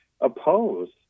oppose